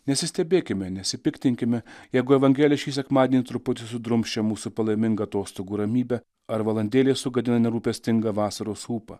nesistebėkime nesipiktinkime jeigu evangelija šį sekmadienį truputį sudrumsčia mūsų palaimingą atostogų ramybę ar valandėlė sugadina nerūpestingą vasaros ūpą